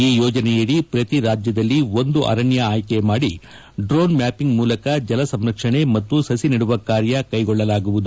ಈ ಯೋಜನೆಯಡಿ ಪ್ರತಿ ರಾಜ್ದದಲ್ಲಿ ಒಂದು ಅರಣ್ಯ ಆಯ್ತೆ ಮಾಡಿ ಡ್ರೋನ್ ಮ್ಯಾಪಿಂಗ್ ಮೂಲಕ ಜಲ ಸಂರಕ್ಷಣೆ ಮತ್ತು ಸಭಿ ನೆಡುವ ಕಾರ್ಯ ಕೈಗೊಳ್ಳಲಾಗುವುದು